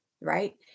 right